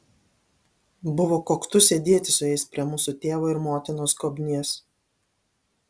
buvo koktu sėdėti su jais prie mūsų tėvo ir motinos skobnies